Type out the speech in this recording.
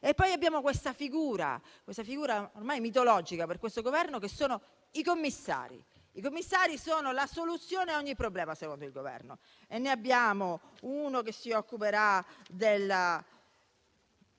Poi abbiamo questa figura, ormai mitologica per questo Governo, che sono i commissari. I commissari sono la soluzione a ogni problema, secondo il Governo. Ne abbiamo uno che si occuperà di